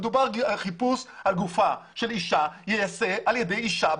מדובר בחיפוש על גופה של אישה והוא ייעשה על ידי אישה,